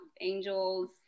angels